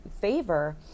favor